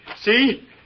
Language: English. See